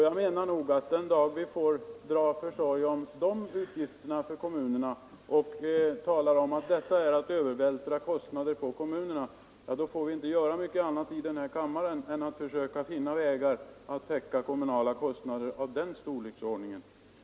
Jag menar nog att den dag vi får dra försorg om sådana utgifter för kommunerna och talar om att detta är att övervältra kostnader på kommunerna, då får vi inte göra mycket annat i den här kammaren än att försöka finna vägar att täcka kommunala kostnader av den storleksordningen.